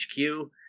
HQ